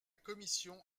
commission